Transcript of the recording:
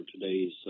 today's